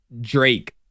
Drake